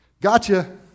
Gotcha